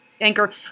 anchor